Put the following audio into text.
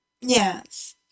yes